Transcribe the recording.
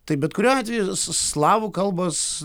tai bet kuriuo atveju slavų kalbos